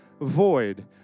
void